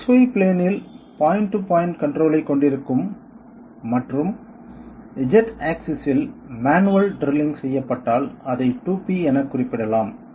X Y பிளேனில் point to point control ஐக் கொண்டிருக்கும் மற்றும் Z ஆக்சிஸ் இல் மேனுவல் ட்ரில்லிங் செய்யப்பட்டால் அதை 2P என குறிப்பிடலாம்